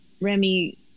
Remy